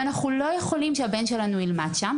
ואנחנו לא יכולים שהבן שלנו ילמד שם,